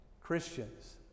Christians